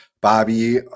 Bobby